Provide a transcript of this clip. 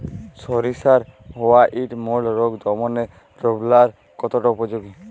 সরিষার white mould রোগ দমনে রোভরাল কতটা উপযোগী?